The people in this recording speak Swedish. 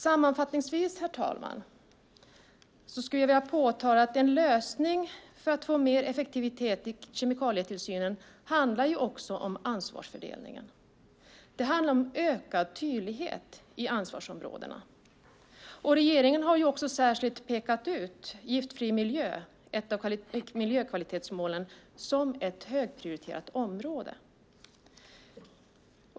Sammanfattningsvis, herr talman, skulle jag vilja påtala att en lösning för att få mer effektivitet i kemikalietillsynen också handlar om ansvarsfördelningen. Det handlar om ökad tydlighet i ansvarsområdena. Regeringen har särskilt pekat ut giftfri miljö, ett av miljökvalitetsmålen, som ett högprioriterat område.